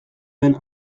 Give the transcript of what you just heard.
den